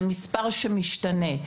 זה מספר שמשתנה,